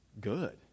good